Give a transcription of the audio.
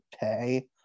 pay